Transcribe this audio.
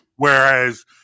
Whereas